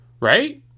right